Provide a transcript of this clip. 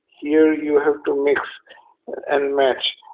here you have to mix and match,